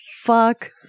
fuck